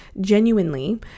genuinely